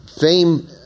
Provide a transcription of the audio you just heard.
fame